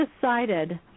decided